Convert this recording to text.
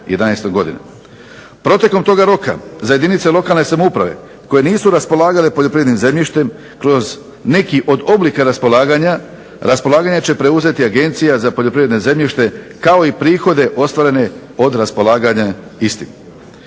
Protekom toga roka za jedinice lokalne samouprave koje nisu raspolagale poljoprivrednim zemljištem kroz neki od oblika raspolaganja, raspolaganje će preuzeti Agencija za poljoprivredno zemljište kao i prihode ostvarene od raspolaganja istim.